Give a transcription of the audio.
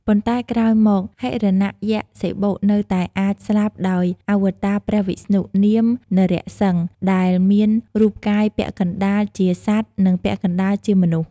ប៉ុន្តែក្រោយមក ហិរណយក្សសិបុនៅតែអាចស្លាប់ដោយអវតារព្រះវិស្ណុ នាម នរសិង្ហ ដែលមានរូបកាយពាក់កណ្តាលជាសត្វ និងពាក់កណ្តាលជាមនុស្ស។